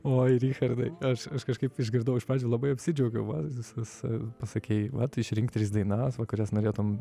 oi richardai aš aš kažkaip išgirdau iš pradžių labai apsidžiaugiau va pasakei va tu išrink tris dainas va kurias norėtum